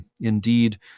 Indeed